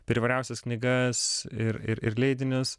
per įvairiausias knygas ir ir ir leidinius